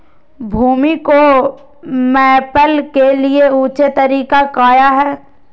भूमि को मैपल के लिए ऊंचे तरीका काया है?